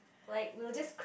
like we'll just